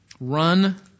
Run